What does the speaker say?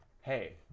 Hey